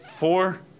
Four